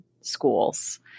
schools